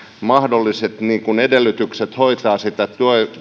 mahdolliset edellytykset hoitaa sitä